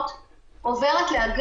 גם אנחנו רואים את זה כך.